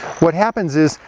what happens is,